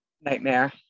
nightmare